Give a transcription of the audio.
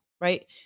Right